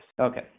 Okay